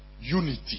unity